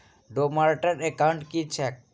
Dormant account की छैक?